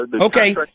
Okay